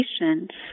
Patient's